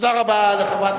תודה רבה לחברת